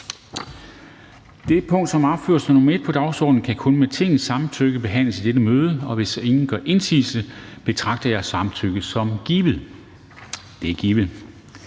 Det punkt, som er opført som nr. 1 på dagsordenen, kan kun med Tingets samtykke behandles i dette møde. Hvis ingen gør indsigelse, betragter jeg samtykket som givet. Det er givet.